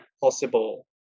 possible